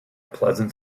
pleasant